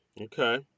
Okay